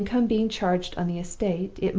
the income being charged on the estate,